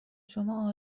شما